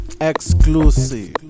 Exclusive